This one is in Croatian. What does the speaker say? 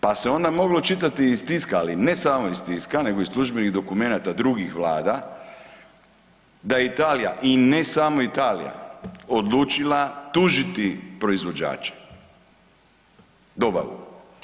Pa se onda moglo čitati iz tiska, ali ne samo iz tiska, nego i službenih dokumenata drugih vlada, da Italija, i ne samo Italija, odlučila tužiti proizvođača, dobavu.